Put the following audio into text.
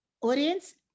Audience